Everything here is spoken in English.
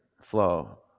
Flow